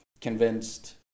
convinced